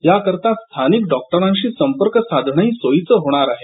याकरीता स्थानिक डॉक्टरांशी संपर्क साधणं त्यामुळे सोयीचं होणार आहे